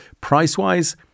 Price-wise